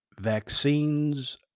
vaccines